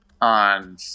on